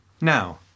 Now